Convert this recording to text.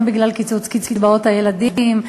גם בגלל קיצוץ קצבאות הילדים,